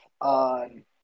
on